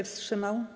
wstrzymał?